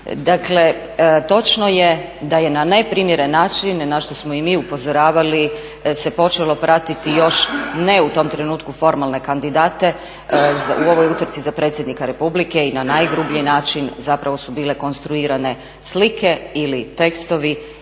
Dakle, točno je da je na neprimjeren način, na što smo i mi upozoravali, se počelo pratiti još ne u tom trenutku formalne kandidate u ovoj utrci za predsjednika Republike i na najgrublji način zapravo su bile konstruirane slike ili tekstovi.